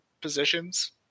positions